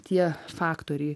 tie faktoriai